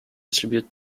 distribute